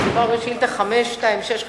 שמדובר בשאילתא 526,